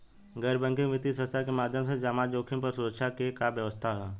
गैर बैंकिंग वित्तीय संस्था के माध्यम से जमा जोखिम पर सुरक्षा के का व्यवस्था ह?